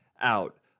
out